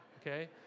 okay